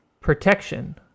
protection